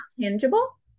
tangible